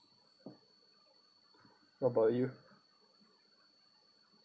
what about you